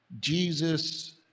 Jesus